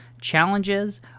challenges